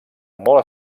molt